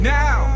now